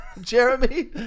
Jeremy